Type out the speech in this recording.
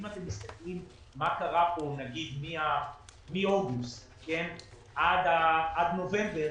אם אתם מסתכלים מה קרה כאן נגיד מאוגוסט עד נובמבר,